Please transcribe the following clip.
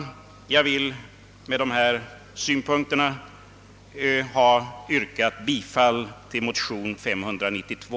Med anförande av dessa synpunkter yrkar jag bifall till motionen II: 592.